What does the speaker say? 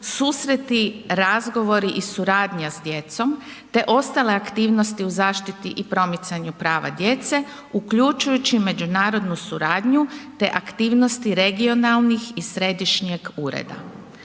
susreti, razgovori i suradnja s djecom te ostale aktivnosti u zaštiti i promicanju prava djece uključujući međunarodnu suradnju te aktivnosti regionalnih i središnjeg ureda.